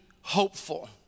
hopeful